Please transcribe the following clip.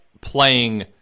playing